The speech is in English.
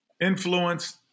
influence